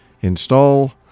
install